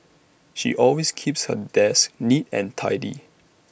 she always keeps her desk neat and tidy